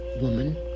woman